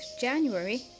January